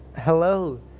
Hello